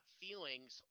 feelings